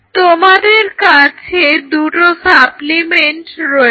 তোমাদের কাছে দুটো সাপ্লিমেন্ট রয়েছে